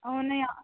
అవునే